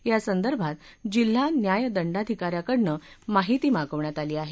यासंदर्भात जिल्हा न्याय दंडाधिका यांकडनं माहिती मागवण्यात आली आहे